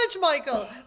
Michael